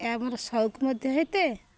ଏହା ମୋର ସଉକ ମଧ୍ୟ ହେଇଥାଏ